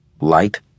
light